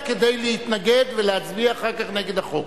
כדי להתנגד ולהצביע אחר כך נגד החוק.